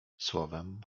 słowem